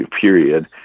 period